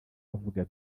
bavuga